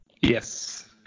yes